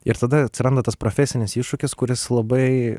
ir tada atsiranda tas profesinis iššūkis kuris labai